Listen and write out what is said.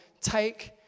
take